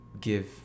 give